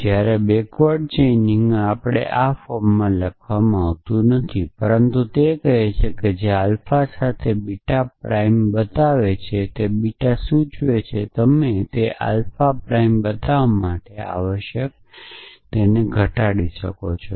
જ્યારે backward chaining આપણને આ ફોર્મમાં લખવામાં આવતું નથી પરંતુ તે કહે છે કે જે આલ્ફા સાથે બીટા પ્રાઇમમેન બતાવે છે તે બીટા સૂચવે છે તમે તેને આલ્ફા પ્રાઇમબતાવવા માટે આવશ્યક ઘટાડી શકો છો